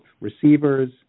receivers